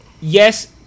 yes